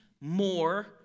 more